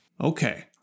Okay